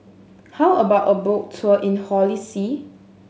how about a boat tour in Holy See